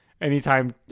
anytime